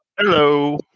hello